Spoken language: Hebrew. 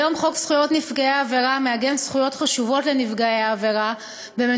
כיום חוק זכויות נפגעי העבירה מעגן זכויות חשובות